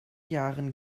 jahren